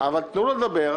תנו לו לדבר.